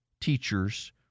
teachers